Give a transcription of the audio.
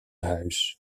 huis